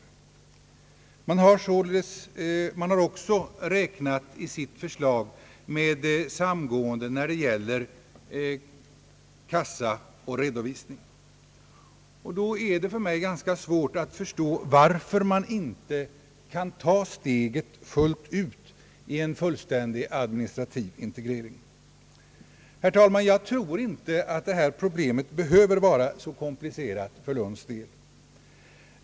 Man har i sitt förslag också räknat med samgående när det gäller kassa och redovisning. Då är det för mig ganska svårt att förstå varför man inte kan ta steget fullt ut i en fullständig administrativ integrering. Herr talman! Jag tror inte att detta problem behöver vara så komplicerat för Lunds del.